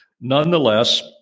Nonetheless